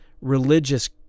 religious